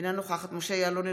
אינה נוכחת משה יעלון,